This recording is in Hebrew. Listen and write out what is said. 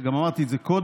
וגם אמרתי את זה קודם,